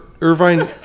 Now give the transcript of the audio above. Irvine